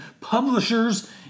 publishers